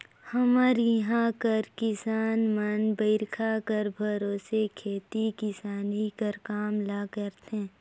हमर इहां कर किसान मन बरिखा कर भरोसे खेती किसानी कर काम ल करथे